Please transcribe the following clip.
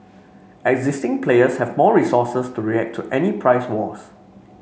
existing players have more resources to react to any price wars